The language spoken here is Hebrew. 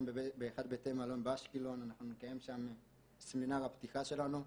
באחד מבתי המלון באשקלון את סמינר הפתיחה שלנו,